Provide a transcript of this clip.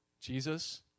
Jesus